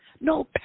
no